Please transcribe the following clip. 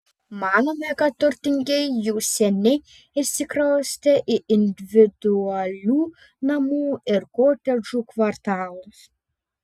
manome kad turtingieji jau seniai išsikraustė į individualių namų ir kotedžų kvartalus